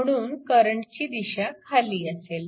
म्हणून करंटची दिशा खाली असेल